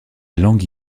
langue